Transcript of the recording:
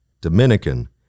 Dominican